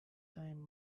time